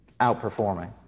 outperforming